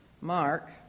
Mark